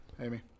amy